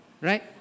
Right